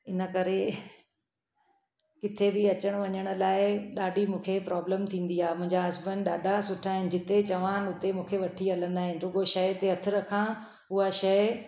इन करे किते बि अचण वञण लाए ॾाढी मूंखे प्रॉब्लम थींदी आहे मुंहिंजा हस्बैंड ॾाढा सुठा आहिनि जिते चवा हुते मूंखे वठी हलंदा आहिनि जेको शइ ते हथु रखा उहा शइ